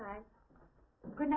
right good